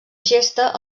gesta